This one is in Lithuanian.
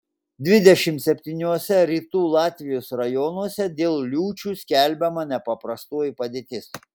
dvidešimt septyniuose rytų latvijos rajonuose dėl liūčių skelbiama nepaprastoji padėtis